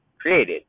created